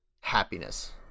happiness